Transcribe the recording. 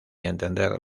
entender